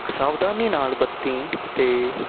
ਸਾਵਧਾਨੀ ਨਾਲ ਵਰਤੀ ਅਤੇ